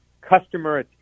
customer